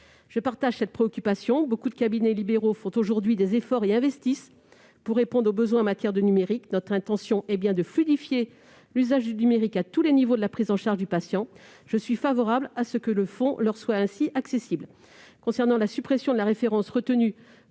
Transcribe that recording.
Je partage cette préoccupation : beaucoup de cabinets libéraux font aujourd'hui des efforts et investissent pour répondre aux besoins en matière de numérique ; notre intention est bien de fluidifier l'usage du numérique à tous les niveaux de la prise en charge du patient. Je suis donc favorable à ce que le fonds leur soit accessible. Je peine, en revanche,